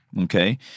Okay